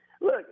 Look